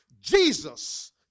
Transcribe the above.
Jesus